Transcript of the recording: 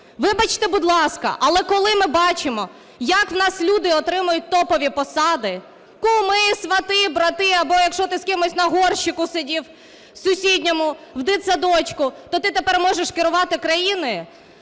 Вибачте, будь ласка, але коли ми бачимо, як у нас люди отримують топові посади: куми, свати, брати, або, якщо ти з кимось на горщику сидів сусідньому в дитсадочку, то ти тепер можеш керувати країною